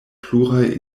pluraj